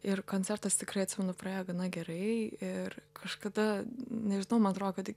ir koncertas tikrai atsimenu praėjo gana gerai ir kažkada nežinau man atrodo kad